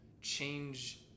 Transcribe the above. change